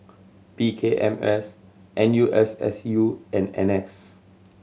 P K M S N U S S U and N S